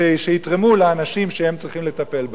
שיתרמו לאנשים שהם צריכים לטפל בהם.